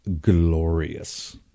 glorious